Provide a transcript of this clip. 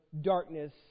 darkness